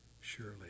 surely